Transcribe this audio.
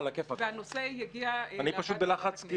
והנושא יגיע להכרעת ועדת הכנסת.